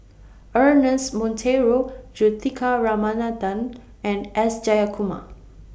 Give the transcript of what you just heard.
Ernest Monteiro Juthika Ramanathan and S Jayakumar